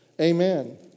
Amen